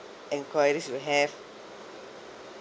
enquiries we have